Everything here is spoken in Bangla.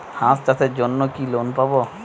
হাঁস চাষের জন্য কি লোন পাব?